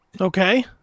Okay